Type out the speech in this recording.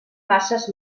faces